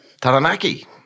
Taranaki